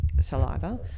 saliva